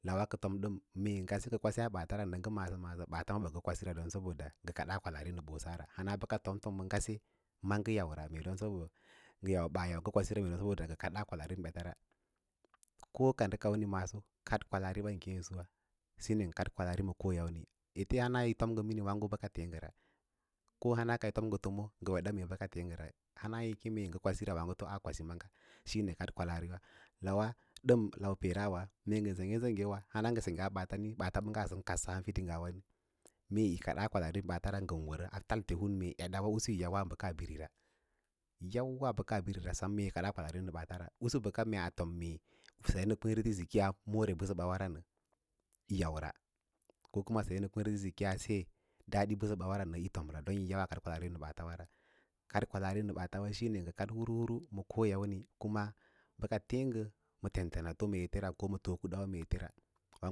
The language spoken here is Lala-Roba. Lawa kə tom ɗəm mee ngə kwala ɓaatara dən ngə ma’âsə maꞌásə ɓaata ɓə ngə kwasira saboda ngə kaɗa kwalaari ma koyâmni dama hana kaví tom ngə mini bəlla teẽ ngə ra ka hana ka yi tom ngə tomo ngə weɗa mee bəka teẽ ngə ra hana yi kem yi ngə kwasira waãgə to aa kwasi maaga, shine kaɗ kwalaarira lawa ɗəm lau peera ɗəm hana ngə sengge sengge a ɓaata ni u ɓaata ɓənaga sən kadsaa haru fidinggawa mee yí kadaa kwalaari ma ɓaata ra ngən wərə a talte hun daf mee usu tu yi yawa ɓakaa biri ra yi yawa bəka birira meyi kadaa kwəaari ma ɓetara usu bəka mee a fom mee sase makwěěresi kiyaa more dəsəba ivawa nə yi yaura ko kuma seye ma kwěěresi ki yaa se dadi bəsəɓa wara nə yí tomra don yi yawa kad kwalaari wa ma ɓaatara kad kwalaari ma bata wa shine. Ngə kad huru huru ma koyāmni kuna bəka feẽ ngə ma etera ko kawa tokwdawa ma ete ra.